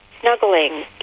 snuggling